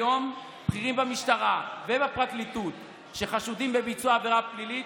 היום בכירים במשטרה ובפרקליטות שחשודים בביצוע עבירה פלילית